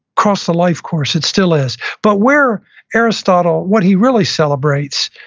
across the life course. it still is but where aristotle, what he really celebrates,